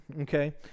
okay